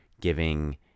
giving